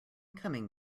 coming